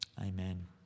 Amen